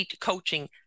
coaching